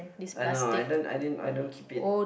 I know I don't I didn't I don't keep it